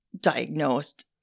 diagnosed